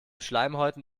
schleimhäuten